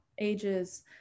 ages